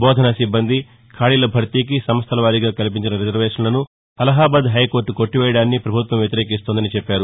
బోధన సిబ్బంది ఖాళీల భర్తీకి సంస్థల వారీగా కల్పించిన రిజర్వేషన్నను అలహాబాద్ హైకోర్టు కొట్టివేయడాన్ని ప్రభుత్వం వ్యతిరేకిస్తోందని చెప్పారు